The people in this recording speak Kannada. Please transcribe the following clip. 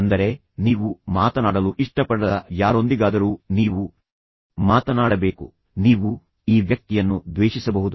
ಅಂದರೆ ನೀವು ಮಾತನಾಡಲು ಇಷ್ಟಪಡದ ಯಾರೊಂದಿಗಾದರೂ ನೀವು ಮಾತನಾಡಬೇಕು ನೀವು ಈ ವ್ಯಕ್ತಿಯನ್ನು ದ್ವೇಷಿಸಬಹುದು